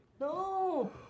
No